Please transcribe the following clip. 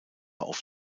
auf